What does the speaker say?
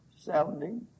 sounding